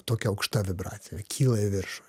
tokia aukšta vibracija ir kyla į viršų